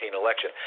election